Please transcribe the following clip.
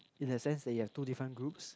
in a sense that you have two different groups